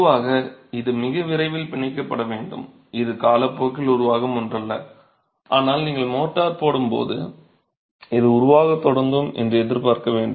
பொதுவாக இது மிக விரைவில் பிணைக்கப்பட வேண்டும் இது காலப்போக்கில் உருவாகும் ஒன்றல்ல ஆனால் நீங்கள் மோர்டார் போடும் போது இது உருவாகத் தொடங்கும் என்று எதிர்பார்க்க வேண்டும்